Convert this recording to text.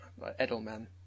Edelman